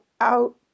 out